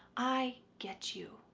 i get you.